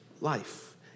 life